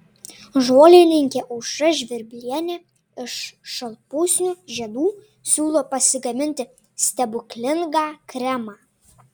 žolininkė aušra žvirblienė iš šalpusnių žiedų siūlo pasigaminti stebuklingą kremą